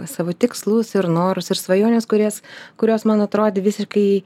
savo tikslus ir norus ir svajones kurias kurios man atrodė visiškai